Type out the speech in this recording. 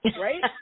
Right